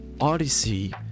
odyssey